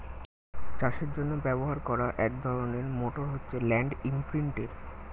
চাষের জন্য ব্যবহার করা এক ধরনের মোটর হচ্ছে ল্যান্ড ইমপ্রিন্টের